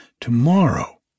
Tomorrow